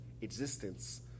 existence